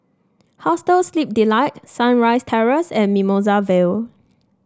Hostel Sleep Delight Sunrise Terrace and Mimosa Vale